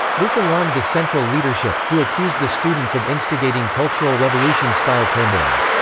this alarmed the central leadership, who accused the students of instigating cultural revolution-style turmoil.